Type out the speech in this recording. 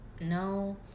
No